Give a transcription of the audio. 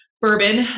bourbon